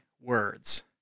words